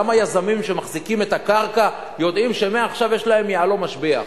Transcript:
גם היזמים שמחזיקים את הקרקע יודעים שמעכשיו יש להם יהלום משביח.